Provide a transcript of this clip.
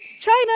China